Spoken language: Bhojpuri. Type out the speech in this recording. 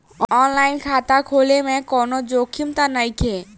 आन लाइन खाता खोले में कौनो जोखिम त नइखे?